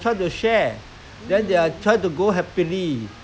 okay why should I share with you this one belongs to me